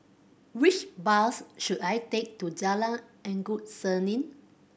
which bus should I take to Jalan Endut Senin